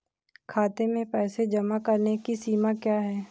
खाते में पैसे जमा करने की सीमा क्या है?